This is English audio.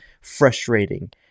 frustrating